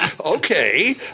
Okay